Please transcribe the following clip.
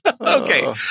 Okay